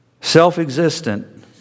Self-existent